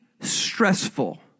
stressful